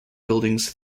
buildings